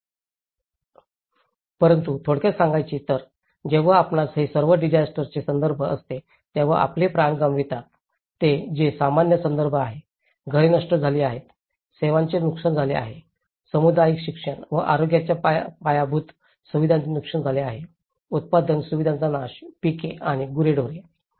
refer slide time 2949 परंतु थोडक्यात सांगायचे तर जेव्हा आपणास हे सर्व डिसास्टरचे संदर्भ असते तेव्हा आमचे प्राण गमावतात जे सामान्य संदर्भ आहे घरे नष्ट झाली आहेत सेवांचे नुकसान झाले आहे सामुदायिक शिक्षण व आरोग्याच्या पायाभूत सुविधांचे नुकसान झाले आहे उत्पादक सुविधांचा नाश पिके आणि गुरेढोरे